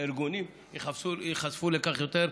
הארגונים ייחשפו לכך יותר,